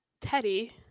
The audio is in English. Teddy